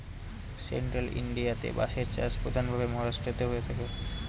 central ইন্ডিয়াতে বাঁশের চাষ প্রধান ভাবে মহারাষ্ট্রেতে হয়ে থাকে